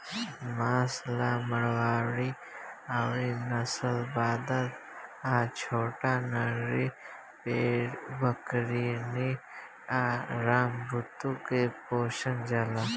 मांस ला मारवाड़ी अउर नालीशबाबाद आ छोटानगरी फेर बीकानेरी आ रामबुतु के पोसल जाला